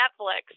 Netflix